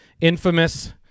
infamous